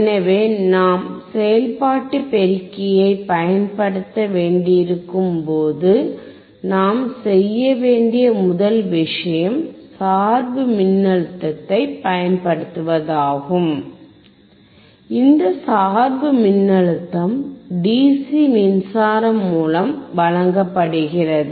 எனவே நாம் செயல்பாட்டு பெருக்கியை பயன்படுத்த வேண்டியிருக்கும் போது நாம் செய்ய வேண்டிய முதல் விஷயம் சார்பு மின்னழுத்தத்தைப் பயன்படுத்துவதாகும் இந்த சார்பு மின்னழுத்தம் DC மின்சாரம் மூலம் வழங்கப்படுகிறது